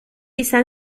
izan